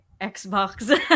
Xbox